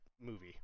movie